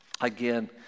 again